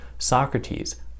Socrates